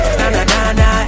na-na-na-na